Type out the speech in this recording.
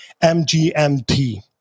M-G-M-T